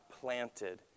planted